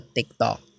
TikTok